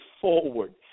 forward